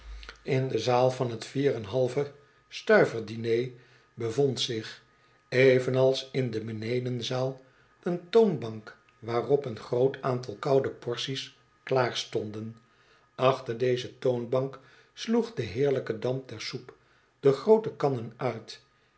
in de zaal van t vier en een halve stuiverdiner bevond zich evenals in de benedenzaal een toonbank waarop een groot aantal koude porties klaarstonden achter deze toonbank sloeg de heerlijke damp der soep de groote kannen uit